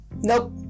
Nope